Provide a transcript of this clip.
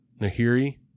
Nahiri